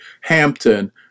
Hampton